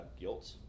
guilt